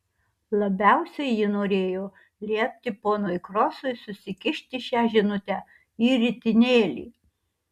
labiausiai ji norėjo liepti ponui krosui susikišti šią žinutę į ritinėlį